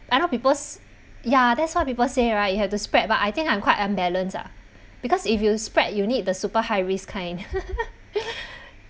I know people's ya that's what people say right you have to spread but I think I'm quite unbalance ah because if you spread you need the super high risk kind